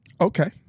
okay